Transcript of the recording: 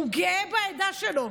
הוא גאה בעדה שלו.